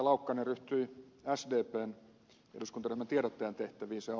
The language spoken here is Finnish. laukkanen ryhtyi sdpn eduskuntaryhmän tiedottajan tehtäviin